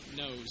knows